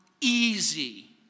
easy